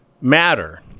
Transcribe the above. matter